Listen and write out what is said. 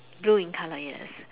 blue in color yes